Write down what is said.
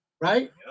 Right